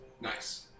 Nice